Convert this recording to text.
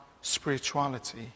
spirituality